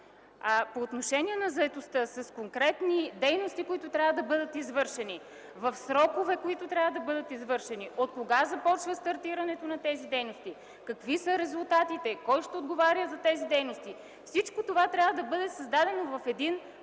по отношение на заетостта, с конкретни дейности, които трябва да бъдат извършени, в срокове, които трябва да бъдат извършени, откога започва стартирането на тези дейности, какви са резултатите, кой ще отговаря за тези дейности. Всичко това трябва да бъде създадено в един план,